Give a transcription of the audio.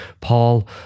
Paul